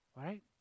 Right